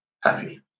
happy